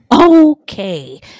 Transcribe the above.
Okay